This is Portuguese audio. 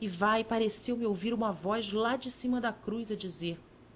e vai pareceu-me ouvir uma voz lá de cima da cruz a dizer